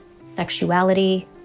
sexuality